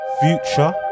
Future